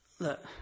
Look